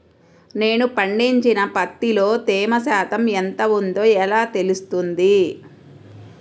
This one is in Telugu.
నేను పండించిన పత్తిలో తేమ శాతం ఎంత ఉందో ఎలా తెలుస్తుంది?